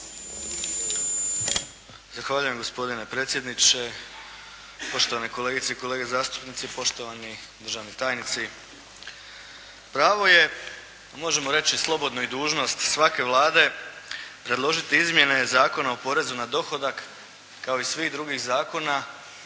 Zahvaljujem gospodine predsjedniče, poštovane kolegice i kolege zastupnici, poštovani državni tajnici. Pravo je možemo reći slobodno i dužnost svake Vlade predložiti izmjene Zakona o porezu na dohodak kao i svih drugih zakona